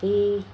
ते